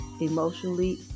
emotionally